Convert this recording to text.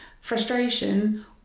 frustration